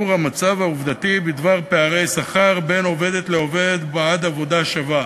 המצב העובדתי בדבר פערי שכר בין עובדת לעובד בעד עבודה שווה.